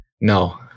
no